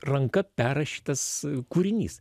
ranka perrašytas kūrinys